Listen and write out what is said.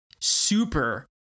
super